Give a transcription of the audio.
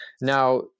now